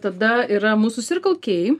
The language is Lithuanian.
tada yra mūsų circle k